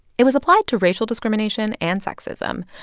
it was applied to racial discrimination and sexism.